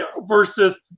versus